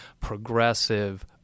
progressive